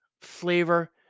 flavor